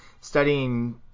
studying